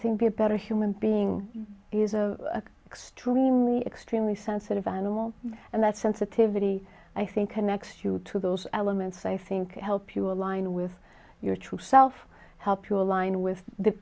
think be a better human being is a extremely extremely sensitive animal and that sensitivity i think connects you to those elements i think help you align with your true self help you align with the